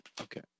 Okay